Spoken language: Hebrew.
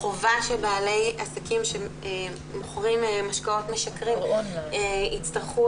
החובה שבעלי עסקים שמוכרים משקאות משכרים יצטרכו